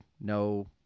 no